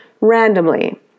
randomly